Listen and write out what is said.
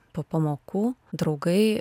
po pamokų draugai